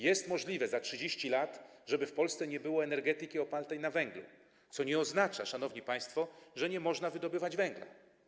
Jest możliwe, żeby za 30 lat w Polsce nie było energetyki opartej na węglu, co nie oznacza, szanowni państwo, że nie można wydobywać węgla.